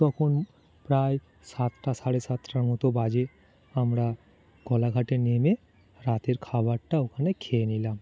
তখন প্রায় সাতটা সাড়ে সাতটার মতো বাজে আমরা কোলাঘাটে নেমে রাতের খাবারটা ওখানে খেয়ে নিলাম